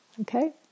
Okay